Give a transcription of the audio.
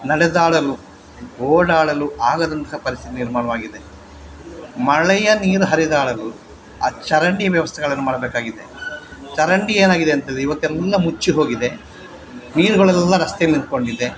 ನಡೆದಾಡಲು ಓಡಾಡಲು ಆಗದಂಥ ಪರಿಸ್ಥಿತಿ ನಿರ್ಮಾಣವಾಗಿದೆ ಮಳೆಯ ನೀರು ಹರಿದಾಡಲು ಆ ಚರಂಡಿ ವ್ಯವಸ್ಥೆಗಳನ್ನು ಮಾಡಬೇಕಾಗಿದೆ ಚರಂಡಿ ಏನಾಗಿದೆ ಅಂತ್ಹೇಳಿದ್ರೆ ಇವತ್ತೆಲ್ಲ ಮುಚ್ಚಿ ಹೋಗಿದೆ ನೀರುಗಳೆಲ್ಲ ರಸ್ತೆಯಲ್ಲಿ ನಿಂತುಕೊಂಡಿದೆ